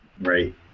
right